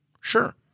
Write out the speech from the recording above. Sure